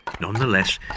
Nonetheless